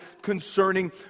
concerning